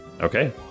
okay